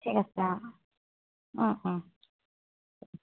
ঠিক আছে অঁ অঁ অঁ